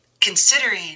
considering